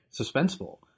suspenseful